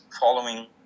following